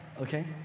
Okay